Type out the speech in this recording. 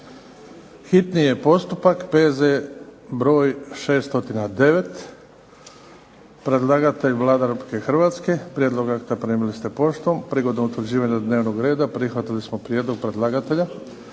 čitanje, P.Z. br. 609. Predlagatelj Vlada Republike Hrvatske. Prijedlog akta primili ste poštom. Prigodom utvrđivanja dnevnog reda prihvatili smo prijedlog predlagatelja